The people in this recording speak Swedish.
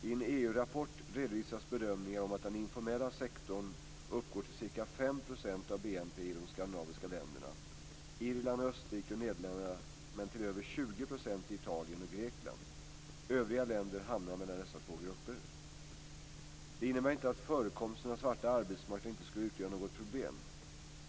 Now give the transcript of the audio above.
I en EU-rapport 219) redovisas bedömningar om att den informella sektorn uppgår till ca 5 % av BNP i de skandinaviska länderna, Irland, Österrike och Nederländerna men till över 20 % i Italien och Grekland. Övriga länder hamnar mellan dessa två grupper. Detta innebär inte att förekomsten av svarta arbetsmarknader inte skulle utgöra något problem.